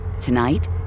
Tonight